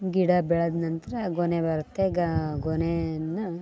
ಗಿಡ ಬೆಳ್ದ ನಂತರ ಗೊನೆ ಬರುತ್ತೆ ಗೊನೆಯನ್ನು